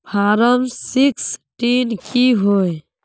Form sixteen की होय?